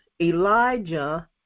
Elijah